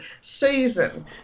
season